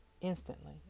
instantly